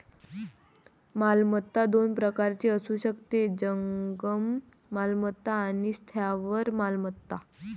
मालमत्ता दोन प्रकारची असू शकते, जंगम मालमत्ता आणि स्थावर मालमत्ता